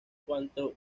cuanto